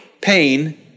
pain